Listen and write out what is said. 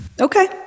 Okay